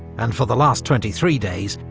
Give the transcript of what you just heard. and for the last twenty three days,